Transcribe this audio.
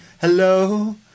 Hello